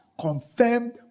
confirmed